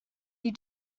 you